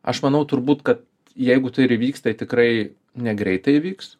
aš manau turbūt kad jeigu tai ir įvyks tai tikrai negreitai įvyks